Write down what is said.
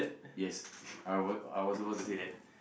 yes I was I was about to say that